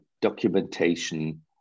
documentation